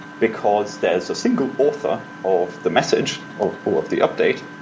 because there's a single author of the message of of the update.